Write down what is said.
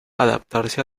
adaptarse